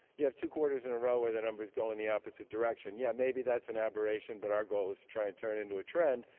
you have two quarters in a row where the numbers go in the opposite direction yeah, maybe that's an aberration. but our goal is to try and turn into a trend.